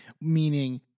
Meaning